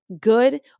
good